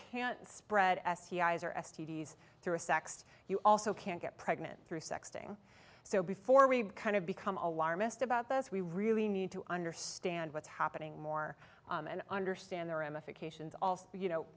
can't spread sci's or s t d s through a sex you also can't get pregnant through sexting so before we kind of become alarmist about this we really need to understand what's happening more and understand the ramifications also you know